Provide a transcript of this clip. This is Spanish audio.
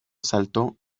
asalto